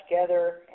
together